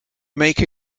make